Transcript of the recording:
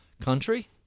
country